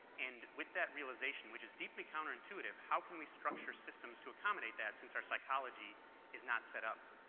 and with that realization, which is deeply counterintuitive, how can we structure systems to accommodate that since our psychology is not set up